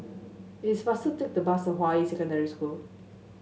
it is faster to take the bus to Hua Yi Secondary School